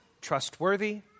trustworthy